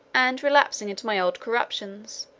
and relapsing into my old corruptions,